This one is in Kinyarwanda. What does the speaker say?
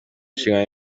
nshingano